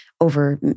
over